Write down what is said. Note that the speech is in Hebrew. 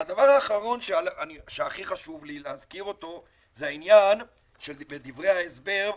והדבר האחרון שהכי חשוב לי להזכיר אותו זה העניין שבדברי ההסבר,